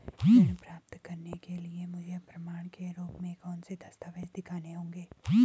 ऋण प्राप्त करने के लिए मुझे प्रमाण के रूप में कौन से दस्तावेज़ दिखाने होंगे?